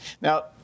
Now